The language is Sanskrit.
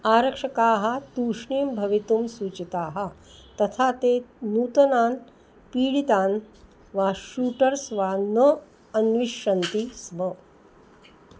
आरक्षकाः तूष्णीं भवितुं सूचिताः तथा ते नूतनान् पीडितान् वा शूटर्स् वा न अन्विषन्ति स्म